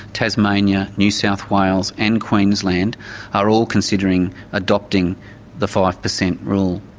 tasmania, new south wales, and queensland are all considering adopting the five per cent rule.